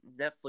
netflix